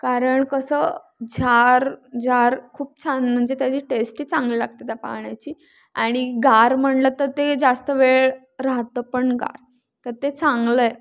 कारण कसं झार जार खूप छान म्हणजे त्याची टेस्टही चांगली लागते त्या पाण्याची आणि गार म्हणलं तर ते जास्त वेळ राहतं पण गार तर ते चांगलं आहे